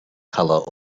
color